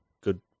good